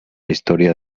historia